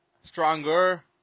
stronger